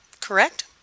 Correct